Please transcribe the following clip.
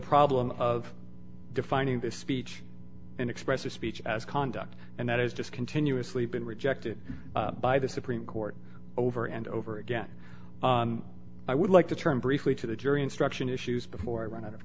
problem of defining the speech and expressive speech as conduct and that is just continuously been rejected by the supreme court over and over again i would like to turn briefly to the jury instruction issues before i run out of